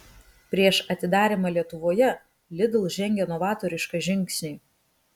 prieš atidarymą lietuvoje lidl žengė novatorišką žingsnį